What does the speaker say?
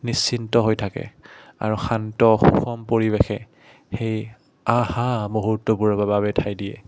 নিশ্চিন্ত হৈ থাকে আৰু শান্ত অসম পৰিৱেশে সেই আহা মুহূৰ্তবোৰৰ বাবে ঠাই দিয়ে